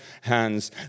hands